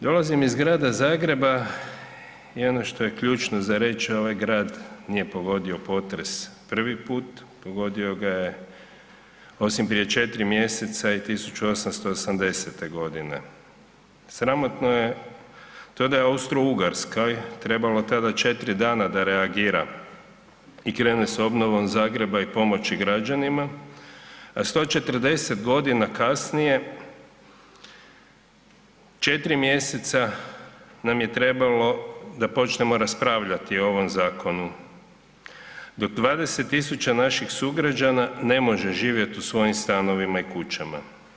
Dolazim iz grada Zagreba i ono što je ključno za reći, ovaj grad nije pogodio potres prvi put, pogodio ga je, osim prije 4 mjeseca i 1880. g. Sramotno je to da je Austro-Ugarskoj trebalo tada 4 dana da reagira i krene s obnovom Zagreba i pomoći građanima, a 140 godina kasnije 4 mjeseca nam je trebalo da počnemo raspravljati o ovom zakonu, dok 20 tisuća naših sugrađana ne može živjeti u svojim stanovima i kućama.